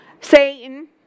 Satan